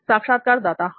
साक्षात्कारदाता हां